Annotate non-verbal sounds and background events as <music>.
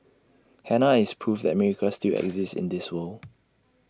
Hannah is proof that miracles <noise> still exist in this world